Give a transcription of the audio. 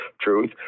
truth